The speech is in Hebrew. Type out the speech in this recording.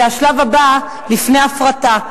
זה השלב הבא לפני הפרטה,